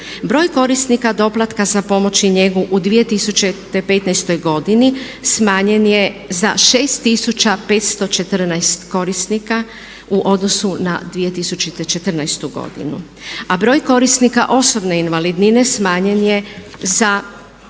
Broj korisnika doplatka za pomoć i njegu u 2015. godini smanjen je za 6514 korisnika u odnosu na 2014. godinu. A broj korisnika osobne invalidnine smanjen je za